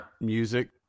music